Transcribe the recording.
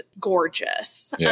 gorgeous